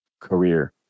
career